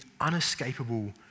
unescapable